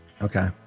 Okay